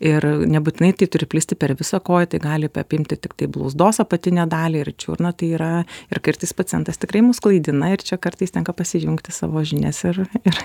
ir nebūtinai tai turi plisti per visą koją tai gali apimti tiktai blauzdos apatinę dalį ir čiurną tai yra ir kartais pacientas tikrai mus klaidina ir čia kartais tenka pasijungti savo žinias ir ir